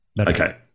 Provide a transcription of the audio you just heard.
Okay